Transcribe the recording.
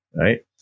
right